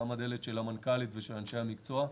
הדלת של המנכ"לית ושל אנשי המקצוע פתוחה.